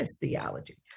theology